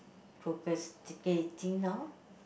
procrastinating now